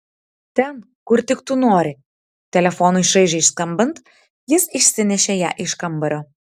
ten kur tik tu nori telefonui šaižiai skambant jis išsinešė ją iš kambario